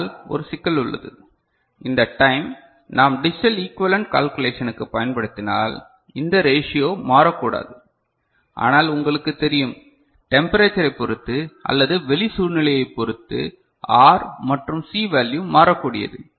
ஆனால் ஒரு சிக்கல் உள்ளது இந்த டைம் நாம் டிஜிட்டல் ஈக்விவலெண்ட் கால்குலேஷனுக்கு பயன்படுத்தினால் இந்த ரேசியோ மாறக்கூடாது ஆனால் உங்களுக்குத் தெரியும் டெம்பரேச்சரைப் பொறுத்து அல்லது வெளி சூழ்நிலையைப் பொருத்து ஆர் மற்றும் சீ வேல்யு மாறக்கூடியது